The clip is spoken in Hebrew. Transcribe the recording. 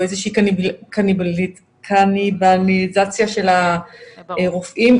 שהיא קניבליזציה של הרופאים,